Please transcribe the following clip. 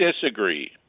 disagree